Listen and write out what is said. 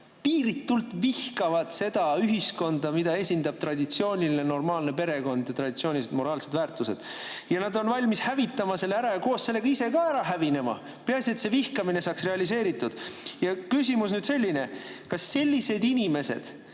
Piiritult vihkavad seda ühiskonda, mida esindab traditsiooniline normaalne perekond ja traditsioonilised moraalsed väärtused. Nad on valmis selle ära hävitama ja koos sellega ise ka ära hävinema, peaasi et see vihkamine saaks realiseeritud. Mu küsimus on selline. Kas sellised inimesed